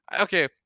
Okay